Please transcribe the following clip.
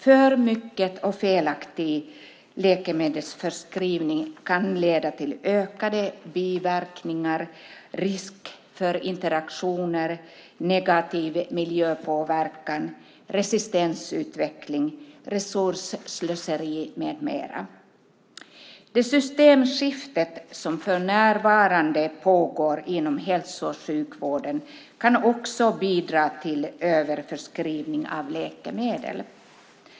För mycket och felaktig läkemedelsförskrivning kan leda till ökade biverkningar, risk för interaktioner, negativ miljöpåverkan, resistensutveckling, resursslöseri med mera. Det systemskifte som för närvarande pågår inom hälso och sjukvården kan också bidra till överförskrivning av läkemedel.